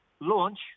launch